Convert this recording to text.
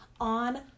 on